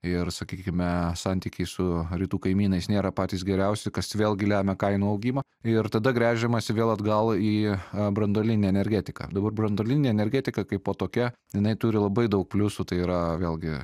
ir sakykime santykiai su rytų kaimynais nėra patys geriausi kas vėlgi lemia kainų augimą ir tada gręžiamasi vėl atgal į a branduolinę energetiką dabar branduolinė energetika kaipo tokia jinai turi labai daug pliusų tai yra vėlgi